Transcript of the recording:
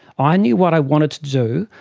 ah i knew what i wanted to do,